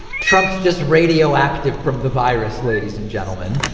trump's just radioactive from the virus. ladies and gentlemen,